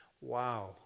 Wow